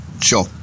sure